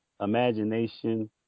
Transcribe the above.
imagination